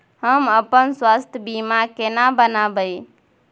हम अपन स्वास्थ बीमा केना बनाबै?